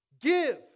Give